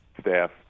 staff